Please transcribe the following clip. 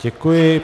Děkuji.